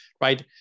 right